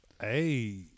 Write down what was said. Hey